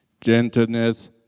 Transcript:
gentleness